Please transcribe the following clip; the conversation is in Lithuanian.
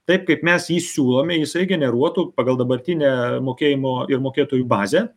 taip kaip mes jį siūlome jisai generuotų pagal dabartinę mokėjimo ir mokėtojų bazę